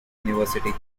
university